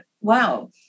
wow